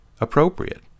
appropriate